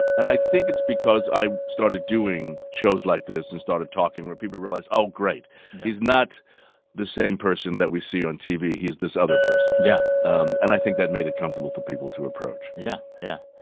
and i think it's because i started doing shows like this and started talking where people realize, oh, great yeah he's not the same person that we see on tv. he's this other person yeah um and i think that made it comfortable for people to approach yeah. yeah.